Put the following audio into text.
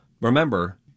remember